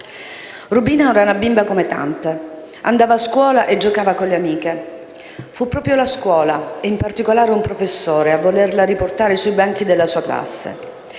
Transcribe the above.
Rubina era una bimba come tante, andava a scuola e giocava con le amiche. Fu proprio la scuola, e in particolare un professore, a volerla riportare sui banchi della sua classe.